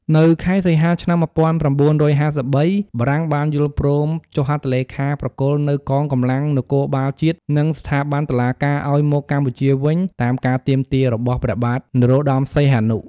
នៅខែសីហា ឆ្នាំ ១៩៥៣ បារាំងបានយល់ព្រមចុះហត្ថលេខាប្រគល់នូវ កងកម្លាំងនគរបាលជាតិ និង ស្ថាប័នតុលាការ ឱ្យមកកម្ពុជាវិញ តាមការទាមទារ របស់ព្រះបាទ នរោត្តមសីហនុ ។